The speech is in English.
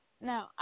No